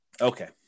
Okay